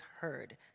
heard